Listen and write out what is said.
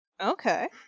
Okay